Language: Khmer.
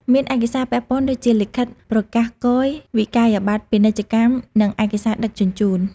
មានឯកសារពាក់ព័ន្ធដូចជា លិខិតប្រកាសគយ វិក្កយបត្រពាណិជ្ជកម្ម និងឯកសារដឹកជញ្ជូន។